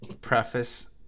Preface